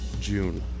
June